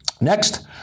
Next